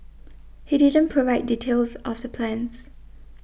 he didn't provide details of the plans